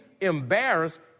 embarrassed